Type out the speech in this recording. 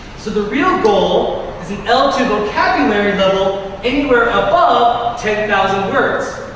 so the real goal is an l two vocabulary level anywhere above ten thousand words.